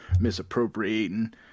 misappropriating